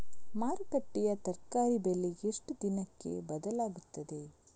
ಮಾರುಕಟ್ಟೆಯ ತರಕಾರಿ ಬೆಲೆ ಎಷ್ಟು ದಿನಕ್ಕೆ ಬದಲಾಗುತ್ತದೆ?